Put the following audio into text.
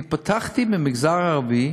פתחתי במגזר הערבי